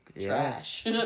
trash